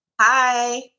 Hi